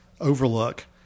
overlook